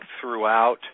throughout